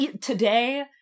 today